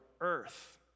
earth